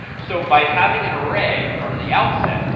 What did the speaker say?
so by having an array from the outset,